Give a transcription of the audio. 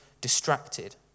distracted